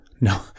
no